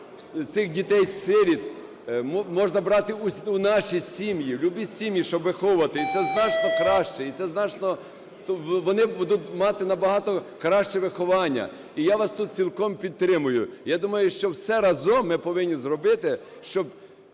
цих дітей-сиріт можна брати у наші сім'ї, в любі сім'ї, щоб виховувати. І це значно краще, і це значно… Вони будуть мати набагато краще виховання. І я вас тут цілком підтримую. Я думаю, що всі разом ми повинні зробити, щоб